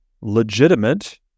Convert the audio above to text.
legitimate